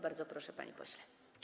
Bardzo proszę, panie pośle.